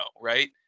right